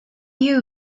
you